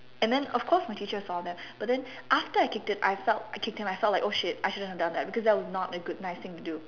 and then of course my teacher saw that but then after I kicked it I felt I kicked him I felt like oh shit I shouldn't have done that because that was not a good nice thing to do